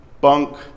bunk